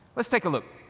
let's take a look.